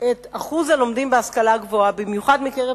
את אחוז הלומדים בהשכלה גבוהה, במיוחד מקרב